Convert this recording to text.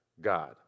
God